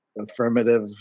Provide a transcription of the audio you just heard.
affirmative